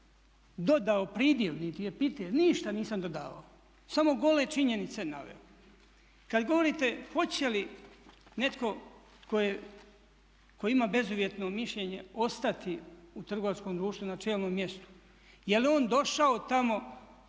dodao pridjev niti epitet, ništa nisam dodavao samo gole činjenice naveo. Kad govorite hoće li netko tko ima bezuvjetno mišljenje ostati u trgovačkom društvu na čelnom mjestu, je li on došao tamo